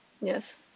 Yes